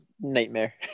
nightmare